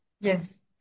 Yes